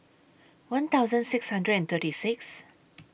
one thousand six hundred and thirty six